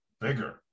Bigger